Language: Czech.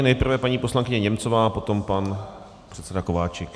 Nejprve paní poslankyně Němcová, potom pan předseda Kováčik.